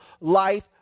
life